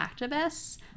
activists